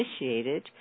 initiated